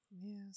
Yes